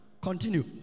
continue